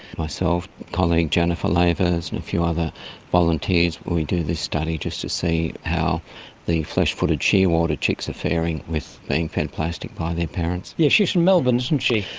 myself, colleague jennifer lavers and a few other volunteers, we do this study just to see how the flesh-footed shearwater chicks are faring with being fed plastic by their parents. yes, she's from melbourne, isn't she.